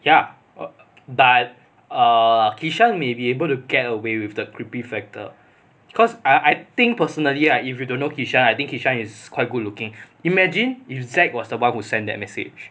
ya but err kishan may be able to get away with the creepy factor because I I think personally lah if you don't know kishan I think kishan is quite good looking imagine if zack was the one who send that message